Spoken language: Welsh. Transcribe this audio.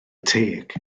teg